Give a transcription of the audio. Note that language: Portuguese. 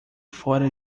fora